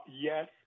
Yes